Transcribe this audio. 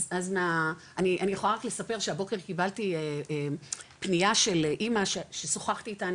אז אני יכולה רק לספר שהבוקר קיבלתי פנייה של אמא ששוחחתי איתה,